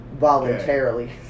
voluntarily